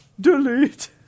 Delete